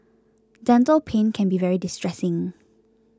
dental pain can be very distressing